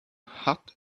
hat